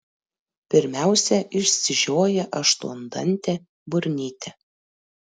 pirmiausia išsižioja aštuondantė burnytė